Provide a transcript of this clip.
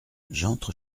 j’entre